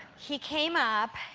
he came up,